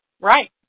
Right